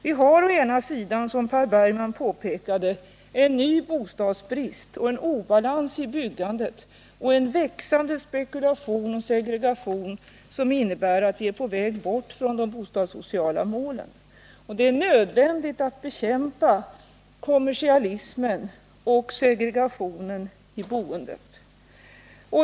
Vi har som Per Bergman påpekade en ny bostadsbrist, en obalans i byggandet och en växande spekulation och segregation, som innebär att vi är på väg bort från de bostadssociala målen. Det är nödvändigt att bekämpa kommersialismen och segregationen i boendet.